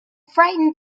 frightened